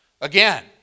Again